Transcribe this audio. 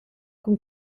cun